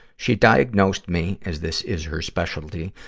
she diagnosed me, as this is her specialty,